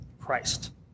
Christ